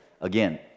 Again